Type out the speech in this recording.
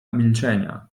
milczenia